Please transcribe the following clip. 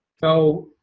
so